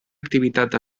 activitat